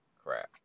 crap